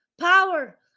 power